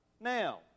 Now